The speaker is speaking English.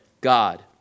God